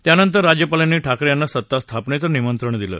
त्यानंतर राज्यपालांनी ठाकरे यांना सत्ता स्थापनेचं निमंत्रण दिलं